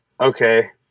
okay